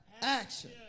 Action